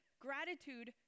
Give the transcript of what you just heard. gratitude